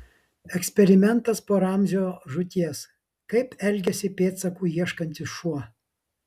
eksperimentas po ramzio žūties kaip elgiasi pėdsakų ieškantis šuo